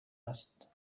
است